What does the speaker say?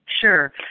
Sure